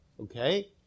Okay